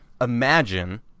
imagine –